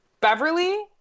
Beverly